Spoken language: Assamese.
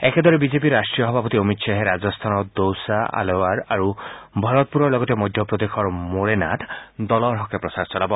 একেদৰে বিজেপিৰ ৰাষ্ট্ৰীয় সভাপতি অমিত শ্বাহে ৰাজস্থানৰ দৌছা আলোৱাৰ আৰু ভৰতপুৰৰ লগতে মধ্য প্ৰদেশৰ মোৰেনাত দলৰ হকে প্ৰচাৰ চলাব